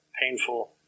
painful